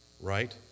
right